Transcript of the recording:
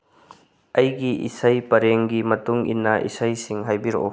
ꯑꯩꯒꯤ ꯏꯁꯩ ꯄꯔꯦꯡꯒꯤ ꯃꯇꯨꯡꯏꯟꯅ ꯏꯁꯩꯁꯤꯡ ꯍꯥꯏꯕꯤꯔꯛꯎ